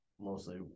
mostly